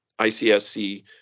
ICSC